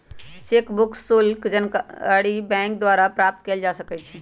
cheque book शुल्क के जानकारी बैंक द्वारा प्राप्त कयल जा सकइ छइ